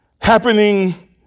happening